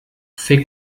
fer